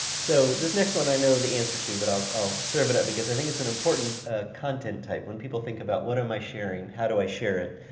so this next one i know the answer to but i'll serve it up because i think it's an important content type when people think about what am i sharing? how do i share it?